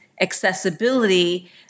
accessibility